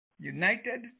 United